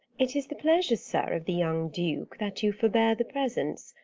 it is the pleasure, sir, of the young duke, that you forbear the presence,